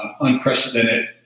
unprecedented